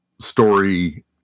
story